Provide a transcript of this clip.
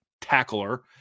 tackler